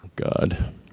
God